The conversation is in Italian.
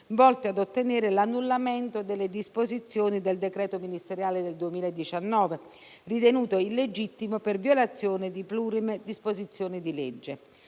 volti ad ottenere l'annullamento delle disposizioni del decreto ministeriale del 2019, ritenuto illegittimo per violazione di plurime disposizioni di legge.